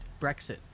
Brexit